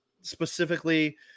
specifically